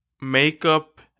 makeup